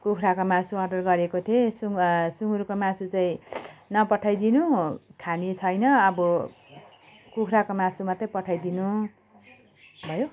कुखुराको मासु अर्डर गरेको थिएँ सुँग सुँगुरको मासु चाहिँ नपठाइदिनु खाने छैन अब कुखुराको मासु मत्तै पठाइदिनु भयो